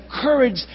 courage